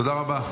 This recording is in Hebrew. תודה רבה.